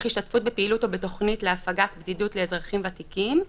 השתתפות בפעילות או בתוכנית להפגת בדידות לאזרחים ותיקים,